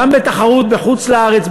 גם בתחרות בחוץ-לארץ,